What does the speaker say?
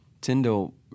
Tyndall